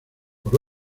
por